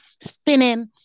spinning